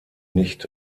nicht